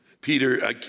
Peter